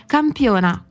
Campiona